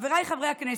חבריי חברי הכנסת,